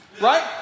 Right